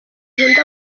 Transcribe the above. nkunda